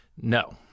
No